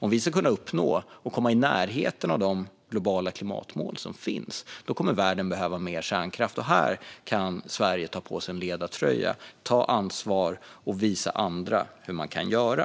Om man ska kunna uppnå eller komma i närheten av de globala klimatmål som finns kommer världen att behöva mer kärnkraft. Här kan Sverige ta på sig en ledartröja, ta ansvar och visa andra hur man kan göra.